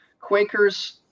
Quakers